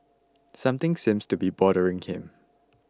something seems to be bothering him